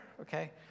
okay